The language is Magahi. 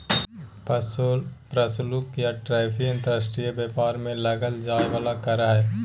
प्रशुल्क या टैरिफ अंतर्राष्ट्रीय व्यापार में लगल जाय वला कर हइ